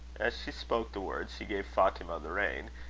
as she spoke the words, she gave fatima the rein,